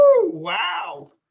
Wow